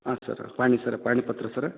ಹಾಂ ಸರ್ರ ಪಹಣಿ ಸರ್ರ ಪಹಣಿ ಪತ್ರ ಸರ